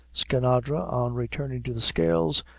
skinadre, on returning to the scales,